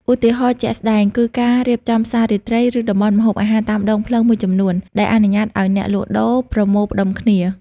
ឧទាហរណ៍ជាក់ស្តែង គឺការរៀបចំផ្សាររាត្រី ឬតំបន់ម្ហូបអាហារតាមដងផ្លូវមួយចំនួន ដែលអនុញ្ញាតឱ្យអ្នកលក់ដូរប្រមូលផ្តុំគ្នា ។